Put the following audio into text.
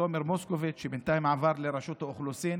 תומר מוסקוביץ', שבינתיים עבר לרשות האוכלוסין,